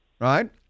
right